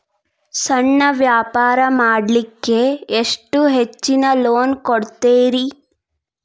ಸಣ್ಣ ವ್ಯಾಪಾರ ಮಾಡ್ಲಿಕ್ಕೆ ಎಷ್ಟು ಹೆಚ್ಚಿಗಿ ಲೋನ್ ಕೊಡುತ್ತೇರಿ?